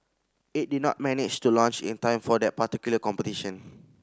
it did not manage to launch in time for that particular competition